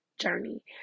journey